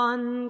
One